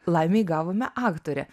laimei gavome aktorę